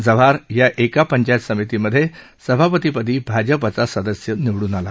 जव्हार या एका पंचायत समितीमध्ये सभापतीपदी भाजपचा सदस्य निवडून आला